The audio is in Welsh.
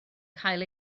cael